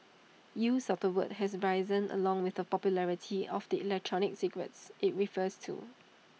use of the word has risen along with the popularity of the electronic cigarettes IT refers to